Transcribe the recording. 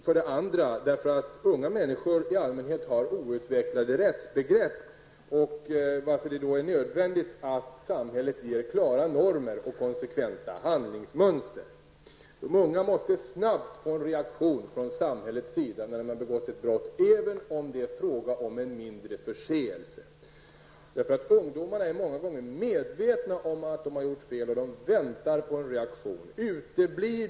För det andra har unga människor i allmänhet outvecklade rättsbegrepp, varför det är nödvändigt att samhället uppställer klara normer och konsekventa handlingsmönster. De unga måste snabbt få en reaktion från samhällets sida när de har begått ett brott, även om det är fråga om en mindre förseelse. Ungdomarna är många gånger medvetna om att de har gjort fel, och de väntar på en reaktion.